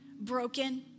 broken